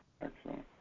Excellent